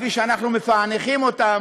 כפי שאנחנו מפענחים אותן,